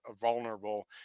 vulnerable